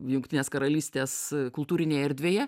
jungtinės karalystės kultūrinėje erdvėje